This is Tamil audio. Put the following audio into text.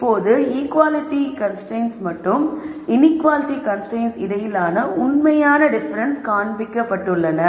இப்போது ஈக்குவாலிட்டி கன்ஸ்ரைன்ட்ஸ் மற்றும் இன்ஈக்குவாலிட்டி கன்ஸ்ரைன்ட்ஸ் இடையிலான உண்மையான டிஃபரென்ஸ்கள் காண்பிக்கப்படுகின்றன